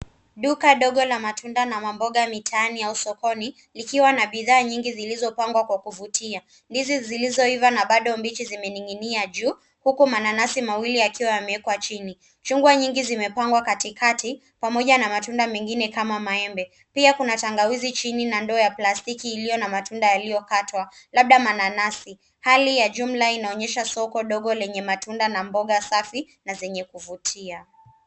Duka dogo la matunda na mamboga mitaani au sokoni likiwa na bidhaa nyingi zilizopangwa kwa kuvutia. Ndizi zilizoiva na bado mbichi zimening'inia juu huku mananasi mawili yakiwa yameekwa chini. Chungwa nyingi zimepangwa katikati pamoja na matunda mengine kama maembe. Pia kuna tangawizi chini na ndoo ya plastiki iliyo na matunda yaliyokatwa labda mananasi. Hali ya jumla inaonyesha soko ndogo lenye matunda na mboga safi na zenye kuvutia.